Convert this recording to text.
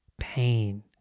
pain